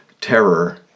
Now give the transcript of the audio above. terror